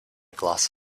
glass